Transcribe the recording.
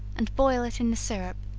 and boil it in the syrup,